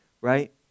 right